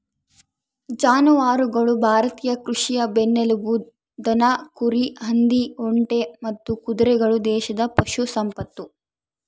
ಜಾನುವಾರುಗಳು ಭಾರತೀಯ ಕೃಷಿಯ ಬೆನ್ನೆಲುಬು ದನ ಕುರಿ ಹಂದಿ ಒಂಟೆ ಮತ್ತು ಕುದುರೆಗಳು ದೇಶದ ಪಶು ಸಂಪತ್ತು